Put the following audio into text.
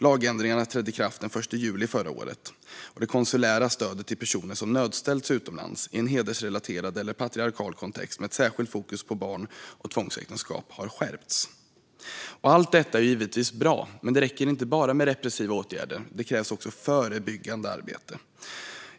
Lagändringarna trädde i kraft den 1 juli förra året. Det konsulära stödet till personer som är nödställda utomlands i en hedersrelaterad eller patriarkal kontext, med ett särskilt fokus på barn och tvångsäktenskap, har stärkts. Allt detta är givetvis bra, men det räcker inte bara med repressiva åtgärder. Det krävs också förebyggande arbete.